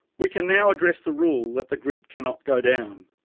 we can now address the rule that the grid cannot go down.